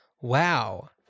Wow